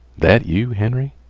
that you, henry?